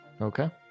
Okay